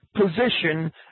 position